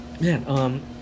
man